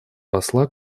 посла